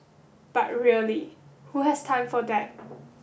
but really who has time for that